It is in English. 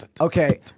Okay